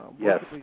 Yes